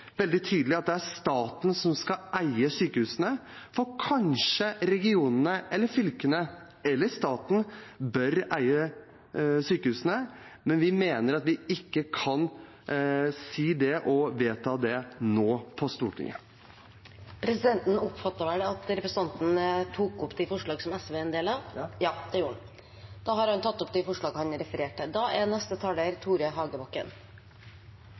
veldig tydelig at det er staten som skal eie sykehusene. Kanskje regionene, fylkene eller staten bør eie sykehusene, men vi mener vi ikke kan si og vedta det på Stortinget nå. Representanten Nicholas Wilkinson har tatt opp de forslagene han refererte til. Da er det vel slik å forstå at de forslag som Arbeiderpartiet er en del av,